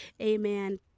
Amen